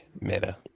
meta